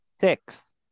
Six